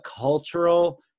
cultural